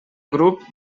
grup